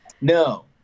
no